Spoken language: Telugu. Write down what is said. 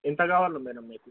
ఎంత కావాాలి మేడం మీకు